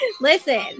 Listen